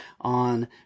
on